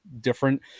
different